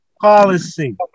policy